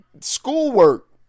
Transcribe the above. schoolwork